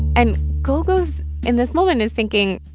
and gougou's in this moment, is thinking,